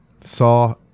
Saw